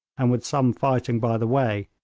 and with some fighting by the way,